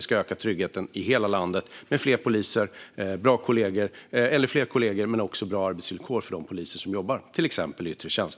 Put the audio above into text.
Vi ska öka tryggheten i hela landet med fler kollegor men också bra arbetsvillkor för de poliser som jobbar till exempel i yttre tjänst.